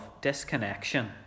disconnection